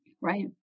Right